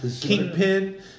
Kingpin